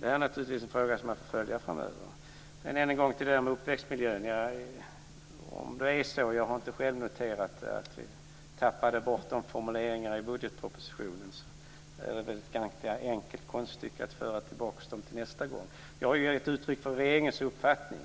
Vad än en gång gäller frågan om uppväxtmiljön har jag inte själv noterat att vi har tappat bort formuleringarna om detta i budgetpropositionen, men det är väl ett ganska enkelt konststycke att föra tillbaka dem till nästa gång. Jag har gett uttryck för regeringens uppfattning,